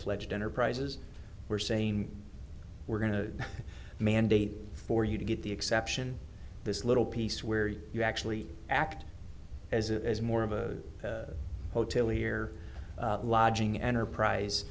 fledged enterprises we're saying we're going to mandate for you to get the exception this little piece where you actually act as a as more of a hotel here lodging enterprise